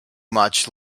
much